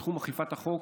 בתחום אכיפת החוק,